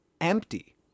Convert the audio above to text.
empty